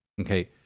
Okay